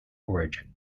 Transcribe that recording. origin